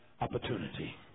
opportunity